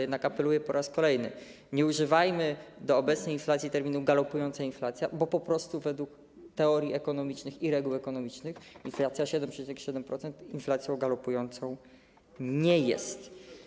Jednak apeluję po raz kolejny: nie używajmy w stosunku do obecnej inflacji terminu galopująca inflacja, bo po prostu według teorii ekonomicznych i reguł ekonomicznych inflacja 7,7% inflacją galopującą nie jest.